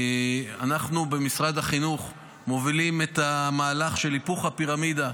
אנחנו במשרד החינוך מובילים את המהלך של היפוך הפירמידה,